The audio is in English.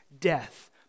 death